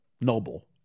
noble